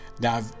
Now